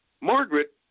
Margaret